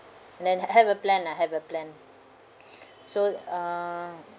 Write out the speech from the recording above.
then have a plan lah have a plan so uh